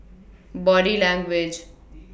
Body Language